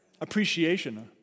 appreciation